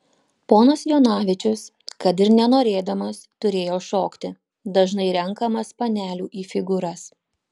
ponas jonavičius kad ir nenorėdamas turėjo šokti dažnai renkamas panelių į figūras